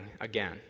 again